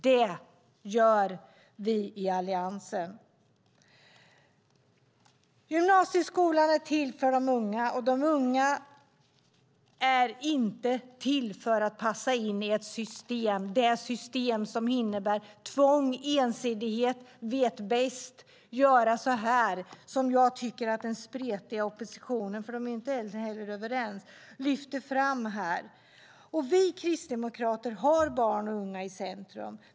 Det gör vi i Alliansen. Gymnasieskolan är till för de unga. De unga är inte till för att passa in i ett system som innebär tvång och ensidighet - vi vet bäst, gör så här - som jag tycker att den spretiga oppositionen, för den är inte överens, lyfter fram här. Vi kristdemokrater sätter barn och unga i centrum.